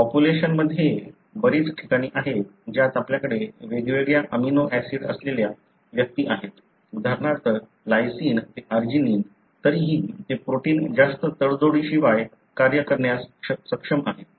पॉप्युलेशनमध्ये बरीच ठिकाणे आहेत ज्यात आपल्याकडे वेगवेगळ्या अमिनो ऍसिड असलेल्या व्यक्ती आहेत उदाहरणार्थ लायसिन ते आर्जिनिन तरीही ते प्रोटीन जास्त तडजोडीशिवाय कार्य करण्यास सक्षम आहे